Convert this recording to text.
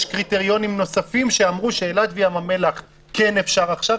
קריטריונים נוספים שאמרו שאילת וים המלח כן אפשר עכשיו,